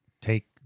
take